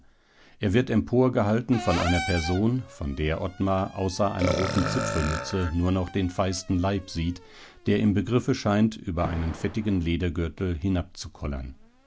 er wird emporgehalten von einer person von der ottmar außer einer roten zipfelmütze nur noch den feisten leib sieht der im begriffe scheint über einen fettigen ledergürtel